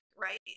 right